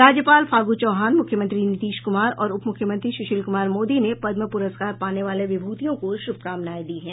राज्यपाल फागू चौहान मुख्यमंत्री नीतीश कुमार और उप मुख्यमंत्री सुशील कुमार मोदी ने पद्म पुरस्कार पाने वाले विभूतियों को शुभकामनाएं दी हैं